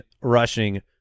rushing